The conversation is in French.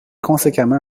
conséquemment